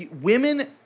women –